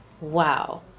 wow